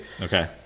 Okay